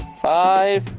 five,